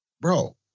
Bro